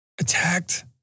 Attacked